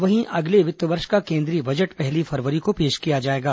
वहीं अगले वित्त वर्ष का केंद्रीय बजट पहली फरवरी को पेश किया जाएगा